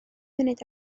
munud